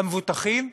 המבוטחים,